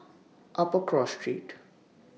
Upper Cross Street